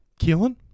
keelan